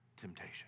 temptation